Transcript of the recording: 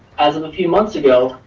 as of a few months ago,